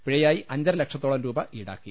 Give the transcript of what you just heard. പിഴയായി അഞ്ചര ല്ക്ഷത്തോളം രൂപ ഇൌടാക്കി